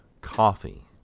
coffee